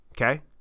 Okay